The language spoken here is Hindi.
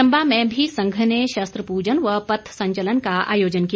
चंबा में भी संघ ने शस्त्र पूजन व पथ संचलन का आयोजन किया